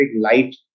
light